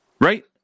Right